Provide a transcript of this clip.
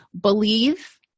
believe